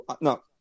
no